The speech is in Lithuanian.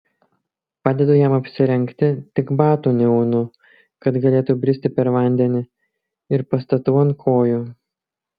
padedu jam apsirengti tik batų neaunu kad galėtų bristi per vandenį ir pastatau ant kojų